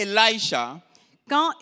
Elisha